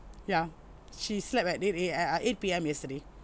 ya she slept at eight A_M uh eight P_M yesterday